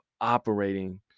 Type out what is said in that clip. operating